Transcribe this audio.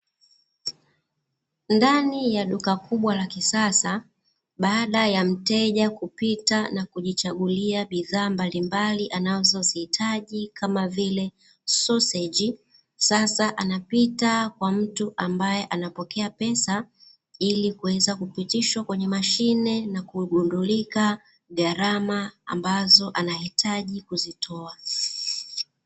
Ndani ya duka kubwa la kisasa, baada ya mteja kupita na kujichagulia bidhaa mbalimbali anazozihitaji kama vile soseji, sasa anapita kwa mtu ambaye anapokea pesa ili kuweza kupitishwa kwenye mashine na kugundulika gharama ambazo anahitaji kuzitoa.